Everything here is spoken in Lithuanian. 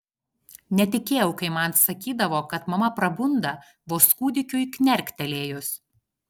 netikėjau kai man sakydavo kad mama prabunda vos kūdikiui knerktelėjus